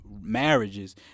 marriages